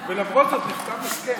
ולמרות זאת נחתם הסכם.